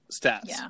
stats